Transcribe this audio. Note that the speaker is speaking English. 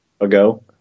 ago